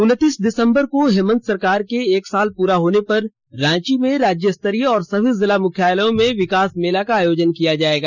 उनतीस दिसंबर को हेमन्त सरकार के एक साल पूरा होने पर रांची में राज्यस्तरीय और सभी जिला मुख्यालयों में विकास मेला का आयोजन किया जाएगा